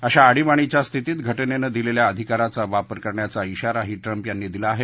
अशा आणिबाणीच्या स्थितीत घटनेनं दिलेल्या अधिकाराचा वापर करण्याचा शिवाराही ट्रम्प यांनी दिला आहे